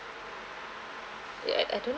ya I don't know